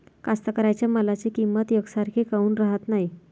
कास्तकाराइच्या मालाची किंमत यकसारखी काऊन राहत नाई?